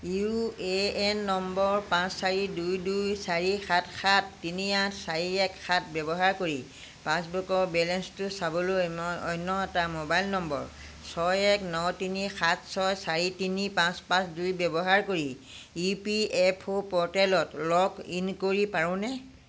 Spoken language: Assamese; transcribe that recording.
ইউ এ এন নম্বৰ পাঁচ চাৰি দুই দুই চাৰি সাত সাত তিনি আঠ চাৰি এক সাত ব্যৱহাৰ কৰি পাছবুকৰ বেলেঞ্চটো চাবলৈ মই অন্য এটা মোবাইল নম্বৰ ছয় এক ন তিনি সাত ছয় চাৰি তিনি পাঁচ পাঁচ দুই ব্যৱহাৰ কৰি ই পি এফ অ' প'ৰ্টেলত লগ ইন কৰি পাৰোঁনে